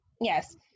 yes